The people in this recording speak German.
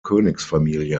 königsfamilie